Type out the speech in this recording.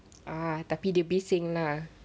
ah tapi dia bising lah